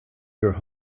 your